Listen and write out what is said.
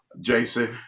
Jason